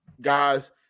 Guys